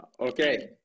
okay